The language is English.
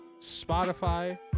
Spotify